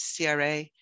CRA